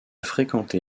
fréquenté